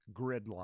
Gridlock